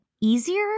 easier